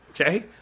Okay